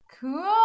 cool